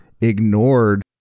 ignored